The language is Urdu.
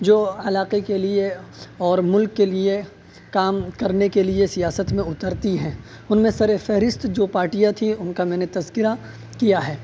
جو علاقے کے لیے اور ملک کے لیے کام کرنے کے لیے سیاست میں اترتی ہیں ان میں سرِفہرست جو پارٹیاں تھیں ان کا میں نے تذکرہ کیا ہے